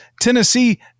Tennessee